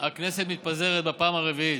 הכנסת מתפזרת בפעם הרביעית.